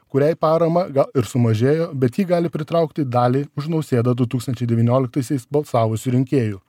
kuriai parama gal ir sumažėjo bet ji gali pritraukti dalį už nausėdą du tūkstančiai devynioliktaisiais balsavusių rinkėjų